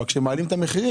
אבל כשהם מעלים את המחירים,